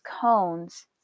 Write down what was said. cones